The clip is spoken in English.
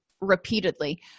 repeatedly